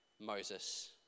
Moses